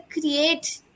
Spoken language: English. create